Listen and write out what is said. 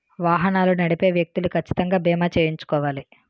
వాహనాలు నడిపే వ్యక్తులు కచ్చితంగా బీమా చేయించుకోవాలి